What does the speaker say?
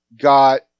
got